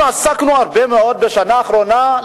אנחנו עסקנו הרבה מאוד בשנה האחרונה,